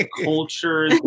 culture